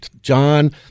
John